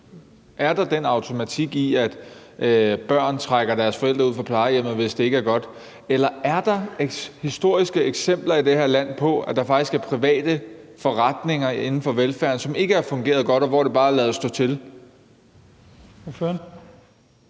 Er der den automatik, at børn trækker deres forældre ud fra plejehjemmet, hvis det ikke er godt, eller er der i det her land historiske eksempler på, at der faktisk er private forretninger inden for velfærden, som ikke har fungeret godt, og hvor man bare har ladet stå til?